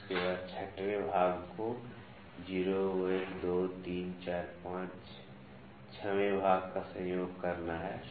उसके बाद उस ६वें भाग को ० १ २ ३ ४ ५ ६वें भाग का संयोग करना है